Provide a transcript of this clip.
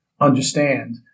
understand